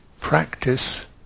practice